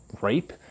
rape